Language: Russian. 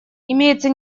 имеется